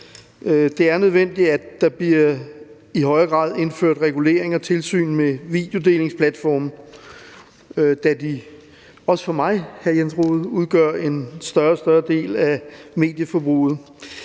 Det er nødvendigt, at der i højere grad bliver indført regulering af og tilsyn med videodelingsplatforme, da de også for mig – må jeg sige til hr. Jens Rohde – udgør en større og større del af medieforbruget.